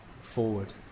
forward